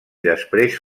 després